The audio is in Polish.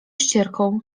ścierką